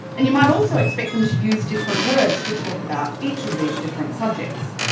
and you might also expect them to use different words to talk about each of these different subjects.